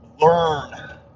learn